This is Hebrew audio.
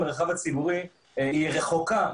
גם